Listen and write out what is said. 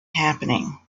happening